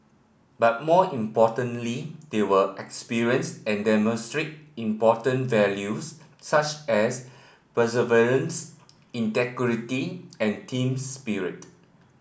but more importantly they will experience and demonstrate important values such as perseverance integrity and team spirit